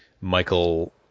Michael